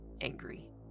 angry